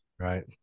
right